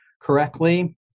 correctly